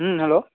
हँ हैलो